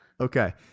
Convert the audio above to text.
Okay